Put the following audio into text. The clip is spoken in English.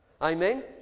Amen